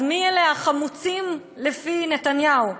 אז מי אלה החמוצים לפי נתניהו?